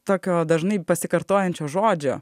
tokio dažnai pasikartojančio žodžio